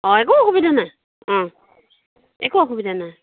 অ একো অসুবিধা নাই ও একো অসুবিধা নাই